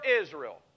Israel